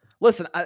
Listen